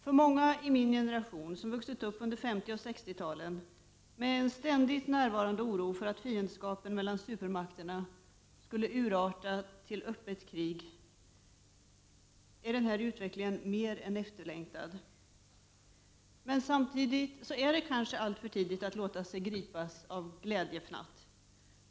För många i min generation som vuxit upp under 50 och 60-talen med en ständigt närvarande oro för att fiendskapen mellan supermakterna skulle urarta till öppet krig, är den här utvecklingen mer än efterlängtad. Men samtidigt är det kanske alltför tidigt att låta sig gripas av glädjefnatt.